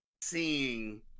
seeing